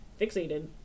fixated